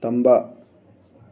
ꯇꯝꯕ